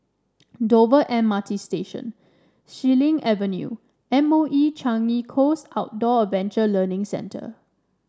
Dover M R T Station Xilin Avenue and M O E Changi Coast Outdoor Adventure Learning Centre